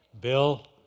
Bill